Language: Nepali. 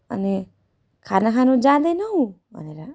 अनि खाना खानु जाँदैनौ भनेर